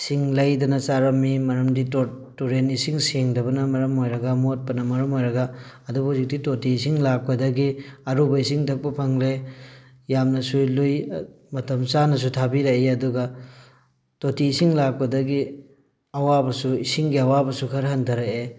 ꯏꯁꯤꯡ ꯂꯩꯗꯅ ꯆꯥꯔꯝꯃꯤ ꯃꯔꯝꯗꯤ ꯇꯨꯔꯦꯟ ꯏꯁꯤꯡ ꯁꯦꯡꯗꯕꯅ ꯃꯔꯝ ꯑꯣꯏꯔꯒ ꯃꯣꯠꯄꯅ ꯃꯔꯝ ꯑꯣꯏꯔꯒ ꯑꯗꯨꯕꯨ ꯍꯧꯖꯤꯛꯇꯤ ꯇꯣꯇꯤ ꯏꯁꯤꯡ ꯂꯥꯛꯄꯗꯒꯤ ꯑꯔꯨꯕ ꯏꯁꯤꯡ ꯊꯛꯄ ꯐꯪꯂꯦ ꯌꯥꯝꯅꯁꯨ ꯂꯨꯏ ꯃꯇꯝ ꯆꯥꯅꯁꯨ ꯊꯥꯕꯤꯔꯛꯏ ꯑꯗꯨꯒ ꯇꯣꯇꯤ ꯏꯁꯤꯡ ꯂꯥꯛꯄꯗꯒꯤ ꯑꯋꯥꯕꯁꯨ ꯏꯁꯤꯡꯒꯤ ꯑꯋꯥꯕꯁꯨ ꯈꯔ ꯍꯟꯊꯔꯛꯑꯦ